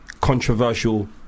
Controversial